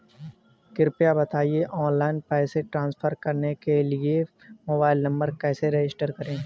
कृपया बताएं ऑनलाइन पैसे ट्रांसफर करने के लिए मोबाइल नंबर कैसे रजिस्टर करें?